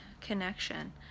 connection